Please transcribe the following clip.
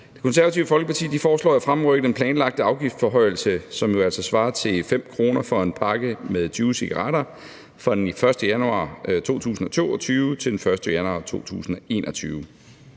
Det Konservative Folkeparti foreslår at fremrykke den planlagte afgiftsforhøjelse, som jo altså svarer til 5 kr. for en pakke med 20 cigaretter, fra den 1. januar 2022 til den 1. januar 2021.